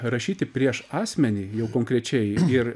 rašyti prieš asmenį jau konkrečiai ir